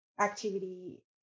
activity